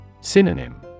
Synonym